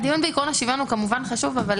הדיון בעיקרון השוויון הוא כמובן חשוב, אבל